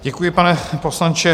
Děkuji, pane poslanče.